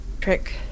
Trick